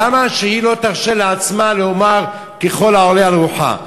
למה שהיא לא תרשה לעצמה לומר ככל העולה על רוחה?